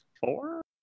four